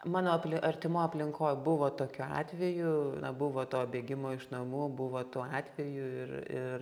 mano artimoj aplinkoj buvo tokių atvejų na buvo to bėgimo iš namų buvo tų atvejų ir ir